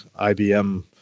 IBM